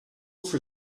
for